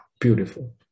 beautiful